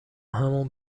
همون